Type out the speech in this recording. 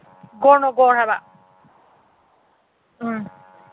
ꯍꯥꯏꯕ ꯎꯝ